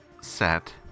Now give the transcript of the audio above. set